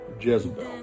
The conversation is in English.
Jezebel